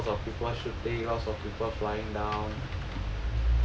I see lots of people shooting lots of people flying down